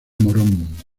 morón